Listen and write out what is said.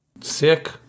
sick